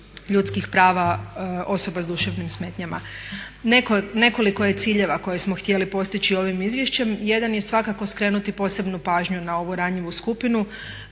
ljudskih prava osoba sa duševnim smetnjama. Nekoliko je ciljeva koje smo htjeli postići ovim izvješćem. Jedan je svakako skrenuti posebnu pažnju na ovu ranjivu skupinu,